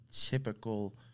typical